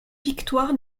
victoire